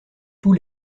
tous